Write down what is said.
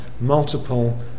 multiple